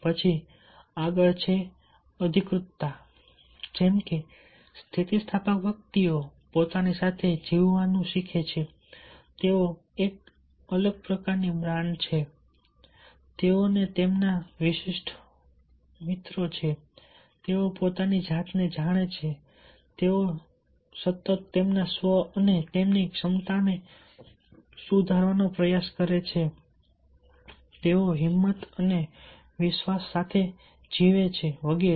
પછી આગળ અધિકૃતતા છે જેમકે સ્થિતિસ્થાપક વ્યક્તિઓ પોતાની સાથે જીવવાનું શીખે છે તેઓ એક અલગ પ્રકારની બ્રાન્ડ છે તેઓ ને તેમના શ્રેષ્ઠ મિત્રો છે તેઓ પોતાની જાતને જાણે છે તેઓ સતત તેમના સ્વ અને તેમની ક્ષમતાને સુધારવાનો પ્રયાસ કરે છે તેઓ હિંમત અને વિશ્વાસ સાથે જીવે છે વગેરે